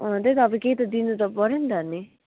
अँ त्यही त अब केही त दिनु त पऱ्यो नि त अनि